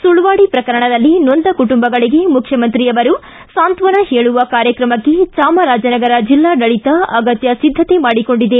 ಸುಳ್ನಾಡಿ ಪ್ರಕರಣದಲ್ಲಿ ನೊಂದ ಕುಟುಂಬಗಳಿಗೆ ಮುಖ್ಯಮಂತ್ರಿಯವರು ಸಾಂತ್ವನ ಹೇಳುವ ಕಾರ್ಯಕ್ರಮಕ್ಕೆ ಚಾಮರಾಜನಗರ ಜಿಲ್ಲಾಡಳಿತ ಅಗತ್ಯ ಸಿದ್ದತೆ ಮಾಡಿಕೊಂಡಿದೆ